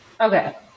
Okay